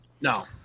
No